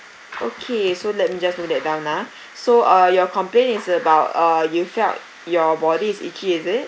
okay so let me just note that down ah so uh your complaint is about uh you felt your body is itchy is it